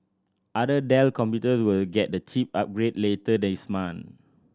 other Dell computers will get the chip upgrade later this month